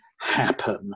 happen